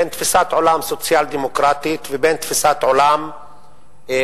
בין תפיסת עולם סוציאל-דמוקרטית ובין תפיסת עולם ליברלית